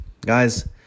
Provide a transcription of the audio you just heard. guys